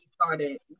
started